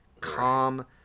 Calm